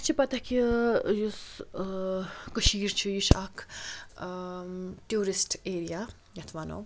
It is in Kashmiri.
اسہِ چھِ پَتہ کہِ یۄس ٲں کٔشیٖر چھِ یہِ چھِ اَکھ ٲں ٹیٛوٗرِسٹہٕ ایریا یَتھ وَنو